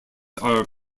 are